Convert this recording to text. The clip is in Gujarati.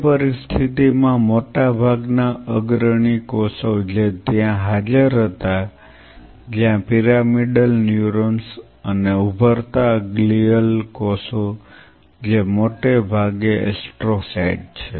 તે પરિસ્થિતિમાં મોટાભાગના અગ્રણી કોષો જે ત્યાં હાજર હતા જ્યાં પિરામિડલ ન્યુરોન્સ અને ઉભરતા ગ્લિયલ કોષો જે મોટે ભાગે એસ્ટ્રોસાઇટ્સ છે